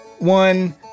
One